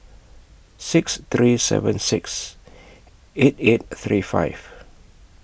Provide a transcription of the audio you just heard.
six three seven six eight eight three five